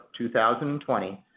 2020